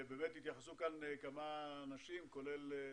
והתייחסו פה כמה אנשים הפרופ'